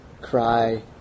cry